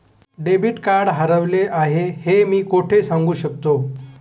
Debit card हरवले आहे हे मी कोठे सांगू शकतो?